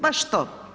Baš to.